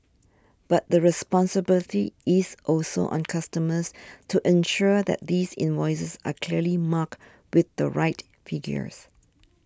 but the responsibility is also on customers to ensure that these invoices are clearly marked with the right figures